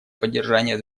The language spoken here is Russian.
поддержания